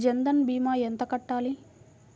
జన్ధన్ భీమా ఎంత కట్టాలి?